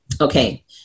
Okay